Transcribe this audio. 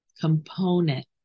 component